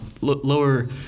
lower